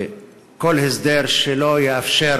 כל הסדר שלא יאפשר